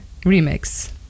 remix